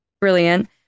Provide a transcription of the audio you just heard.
brilliant